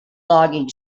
logging